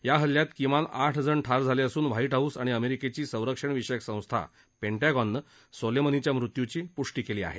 या हल्ल्यात किमान आठ जण ठार झाले असून व्हाइट हाउस आणि अमेरिकेची संरक्षण विषयक संस्था पेंटॅगॉननं सोलेमनीच्या मृत्यूची पष्टी केली आहे